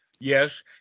Yes